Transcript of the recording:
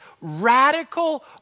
radical